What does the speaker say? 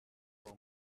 for